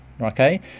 okay